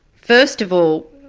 first of all,